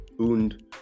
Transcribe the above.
und